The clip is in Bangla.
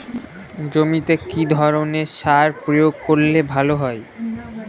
জমিতে কি ধরনের সার প্রয়োগ করলে ভালো হয়?